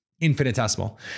infinitesimal